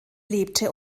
lebte